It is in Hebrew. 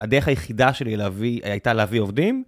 הדרך היחידה שלי הייתה להביא עובדים.